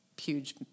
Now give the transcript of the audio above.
huge